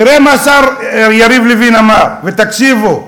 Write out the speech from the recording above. תראה מה השר יריב לוין אמר, תקשיבו: